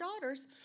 daughters